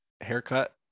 haircut